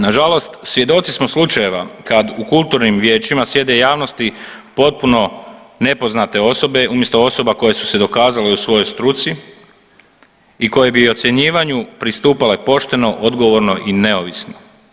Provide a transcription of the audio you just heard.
Nažalost svjedoci smo slučajeva kad u kulturnim vijećima sjede javnosti potpuno nepoznate osobe umjesto osoba koje su se dokazale u svojoj struci i koje bi ocjenjivanju pristupile pošteno, odgovorno i neovisno.